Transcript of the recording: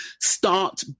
start